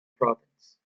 province